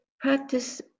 practice